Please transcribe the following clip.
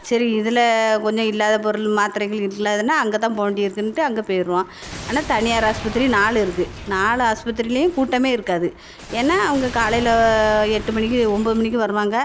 சரி இதில் கொஞ்சம் இல்லாத பொருள் மாத்திரைகள் இல்லைன்னா அங்கே தான் போக வேண்டி இருக்குன்ட்டு அங்கே போயிருவோம் ஆனால் தனியார் ஹாஸ்பத்திரி நாலுருக்கு நாலு ஹாஸ்பத்திரியிலேயும் கூட்டமே இருக்காது ஏன்னால் அவங்க காலையில் எட்டு மணிக்கு ஒம்பது மணிக்கு வருவாங்க